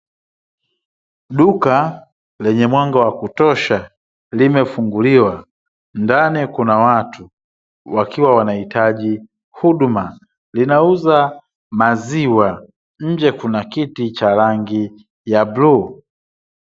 Duka lenye mwanga wa kutosha limefunguliwa, ndani kuna watu wakiwa wanaitaji huduma. Linauza maziwa, nje kuna kiti cha rangi ya bluu.